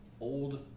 old